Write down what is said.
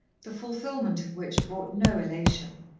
the fulfilment of which brought no elation.